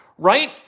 Right